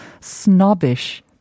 snobbish